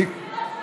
בחירות,